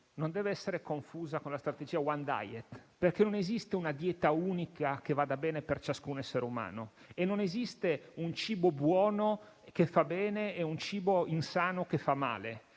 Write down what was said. non deve essere confusa con la strategia *one diet*, perché non esiste una dieta unica che vada bene per ciascun essere umano. E non esiste un cibo buono che fa bene e un cibo insano che fa male.